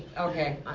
okay